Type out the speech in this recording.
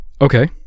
okay